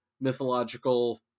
mythological